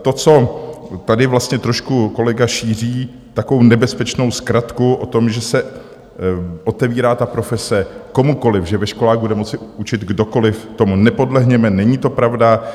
To, co tady vlastně trošku kolega šíří, takovou nebezpečnou zkratku o tom, že se otevírá ta profese komukoliv, že ve školách bude moci učit kdokoliv, tomu nepodlehněme, není to pravda.